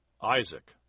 Isaac